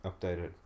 updated